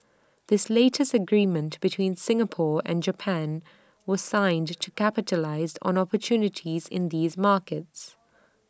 this latest agreement between Singapore and Japan was signed to capitalise on opportunities in these markets